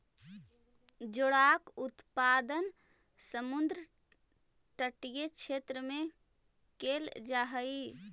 जोडाक उत्पादन समुद्र तटीय क्षेत्र में कैल जा हइ